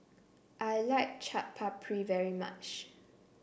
I like Chaat Papri very much